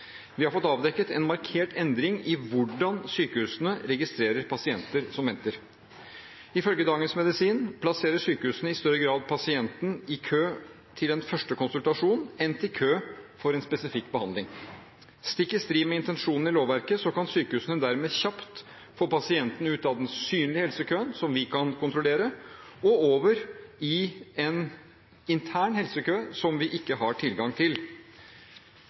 Vi har fått avdekket en markert endring i hvordan sykehusene registrerer pasienter som venter. Ifølge Dagens Medisin plasserer sykehusene i større grad pasienten i kø til en første konsultasjon enn i kø for en spesifikk behandling. Stikk i strid med intensjonen i lovverket kan sykehusene dermed kjapt få pasienten ut av den synlige helsekøen, som vi kan kontrollere, og over i en intern helsekø, som vi ikke har tilgang til.